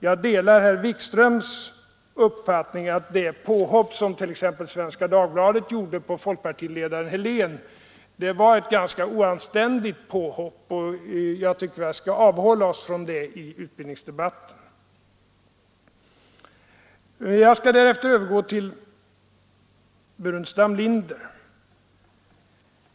Jag delar herr Wikströms uppfattning att t.ex. det påhopp som Svenska Dagbladet gjorde på folkpartiledaren Helén var ganska oanständigt, och jag tycker att vi skall avhålla oss från sådana i utbildningsdebatten. Jag skall härefter övergå till herr Burenstam Linder.